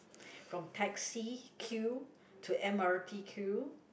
from taxi queue to m_r_t queue